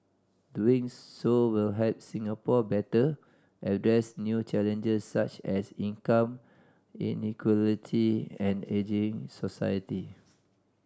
doing so will help Singapore better address new challenges such as income inequality and ageing society